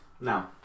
now